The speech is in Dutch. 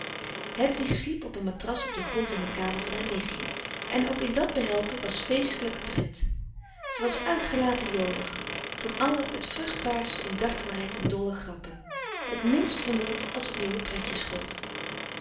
hedwig sliep op een matras op den grond in de kamer van haar nichtje en ook in dat behelpen was feestelijke pret zij was uitgelaten jolig van allen het vruchtbaarst in dartelheid en dolle grappen het minst vermoeid als t nieuwe pretjes